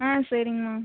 ஆ சரிங்கம்மா